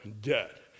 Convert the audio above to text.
debt